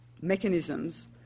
mechanisms